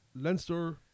Leinster